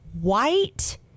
white